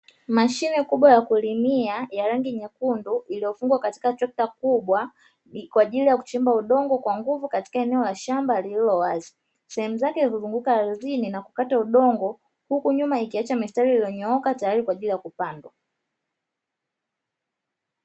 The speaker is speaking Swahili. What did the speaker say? Mashine kubwa ya kulimia ya rangi nyekundu iliyofungwa katika trekta kubwa ni kwa ajili ya kuchimba udongo kwa nguvu katika eneo la shamba lililo wazi, sehemu zake huzunguka ardhini na kukata udongo huku nyuma ikiacha mistari iliyonyooka tayari kwa ajili ya kupandwa.